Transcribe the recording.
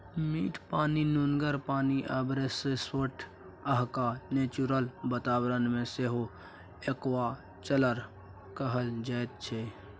मीठ पानि, नुनगर पानि आ ब्रेकिसवाटरमे अधहा नेचुरल बाताबरण मे सेहो एक्वाकल्चर कएल जाइत छै